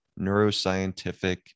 neuroscientific